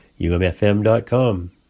umfm.com